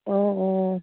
অঁ অঁ